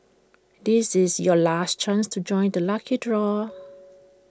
this is your last chance to join the lucky draw